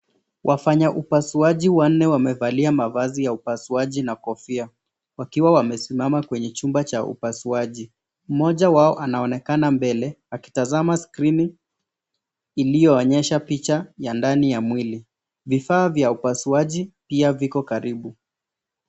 Wafanya upasuaji wanne wamevalia mavazi ya upasuaji na kofia, wakiwa wamesimama kwenye chumba cha upasuaji. Mmoja wao anaonekana mbele akitazama skrini iliyo onyesha picha ya ndani ya mwili. Vifaa vya upasuaji pia viko karibu.